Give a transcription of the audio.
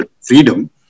freedom